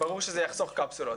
הרי ברור שזה יחסוך קפסולות.